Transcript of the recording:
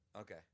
Okay